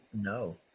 No